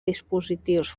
dispositius